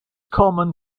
common